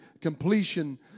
completion